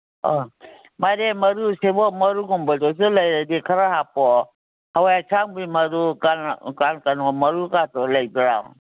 ꯑꯥ ꯃꯥꯏꯔꯦꯟ ꯃꯔꯨ ꯁꯦꯕꯣꯠ ꯃꯔꯨꯒꯨꯝꯕꯗꯨꯁꯨ ꯂꯩꯔꯗꯤ ꯈꯔ ꯍꯥꯞꯄꯛꯑꯣ ꯍꯋꯥꯏ ꯑꯁꯥꯡꯕꯤ ꯃꯔꯨ ꯀꯩꯅꯣ ꯃꯔꯨꯀꯗꯣ ꯂꯩꯕ꯭ꯔꯥ